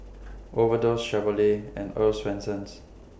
Overdose Chevrolet and Earl's Swensens